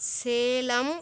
Salem